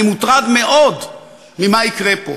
אני מוטרד מאוד ממה יקרה פה.